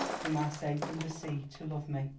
whom i saved from the sea to love me.